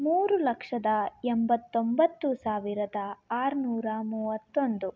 ಮೂರು ಲಕ್ಷದ ಎಂಬತ್ತೊಂಬತ್ತು ಸಾವಿರದ ಆರುನೂರ ಮೂವತ್ತೊಂದು